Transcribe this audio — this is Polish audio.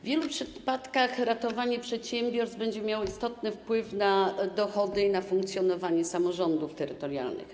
W wielu przypadkach ratowanie przedsiębiorstw będzie miało istotny wpływ na dochody i na funkcjonowanie samorządów terytorialnych.